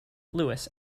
lewis